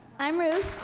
i'm ruth